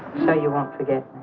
so you want it